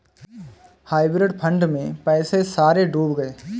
hybrid fund में पैसे सारे डूब गए